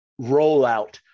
rollout